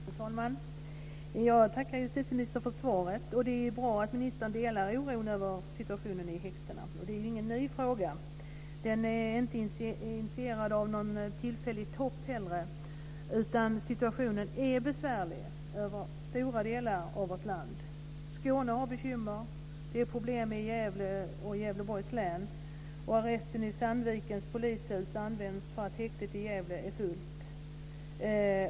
Fru talman! Jag tackar justitieministern för svaret. Det är bra att ministern delar oron över situationen i häktena. Det är ingen ny fråga. Den är inte initierad av någon tillfällig topp, utan situationen är besvärlig över stora delar av vårt land. Skåne har bekymmer. Det är problem i Gävle och i Gävleborgs län. Arresten i Sandvikens polishus används därför att häktet i Gävle är fullt.